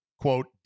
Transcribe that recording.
Quote